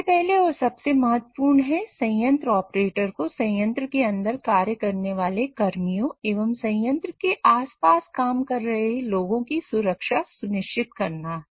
सबसे पहले और सबसे महत्वपूर्ण है कि संयंत्र ऑपरेटर को संयंत्र के अंदर कार्य करने वाले कर्मियों एवं संयंत्र के आसपास काम कर रहे लोगों की सुरक्षा सुनिश्चित करना है